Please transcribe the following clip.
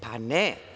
Pa, ne.